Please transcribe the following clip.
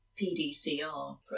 PDCR